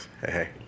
Hey